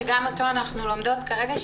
שגם אותו אנחנו לומדות כרגע,